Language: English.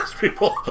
people